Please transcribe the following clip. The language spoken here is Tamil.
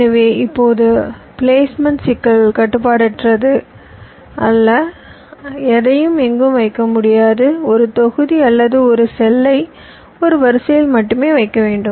எனவே இப்போது பிளேஸ்மெண்ட் சிக்கல் கட்டுப்பாடற்றது அல்ல எதையும் எங்கும் வைக்க முடியாது ஒரு தொகுதி அல்லது ஒரு செல்லை ஒரு வரிசையில் மட்டுமே வைக்க வேண்டும்